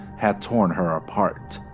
had torn her apart.